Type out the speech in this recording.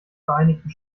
vereinigten